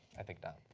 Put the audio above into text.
i think not.